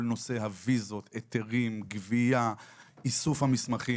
אני שואלת את כל השאלות שלמעשה אני צריכה לשאול את המדינה,